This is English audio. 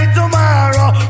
tomorrow